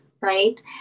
right